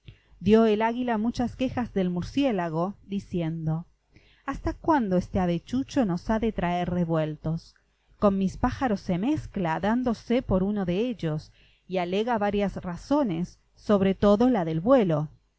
dió el águila muchas quejas del murciélago diciendo hasta cuándo este avechucho nos ha de traer revueltos con mis pájaros se mezcla dándose por uno de ellos y alega varias razones sobre todo la del vuelo